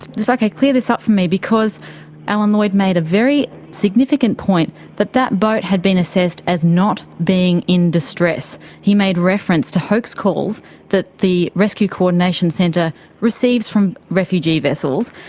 okay, clear this up for me, because alan lloyd made a very significant point that that boat had been assessed as not being in distress. he made reference to hoax calls that the rescue coordination centre receives from refugee vessels,